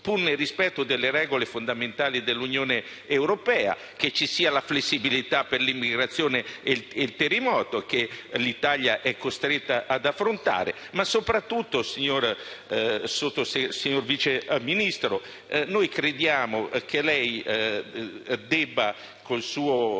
pur nel rispetto delle regole fondamentali dell'Unione europea, che ci sia la flessibilità per l'immigrazione e per il terremoto che l'Italia è costretta ad affrontare. Soprattutto, però, signor Vice Ministro, noi crediamo che con il suo